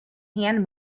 hand